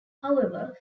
however